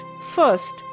First